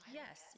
yes